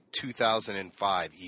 2005